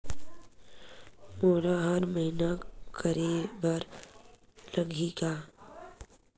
मोला हर महीना करे बर लगही का?